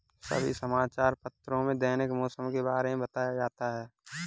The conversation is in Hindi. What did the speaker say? सभी समाचार पत्रों में दैनिक मौसम के बारे में बताया जाता है